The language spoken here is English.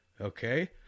okay